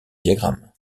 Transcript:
diagrammes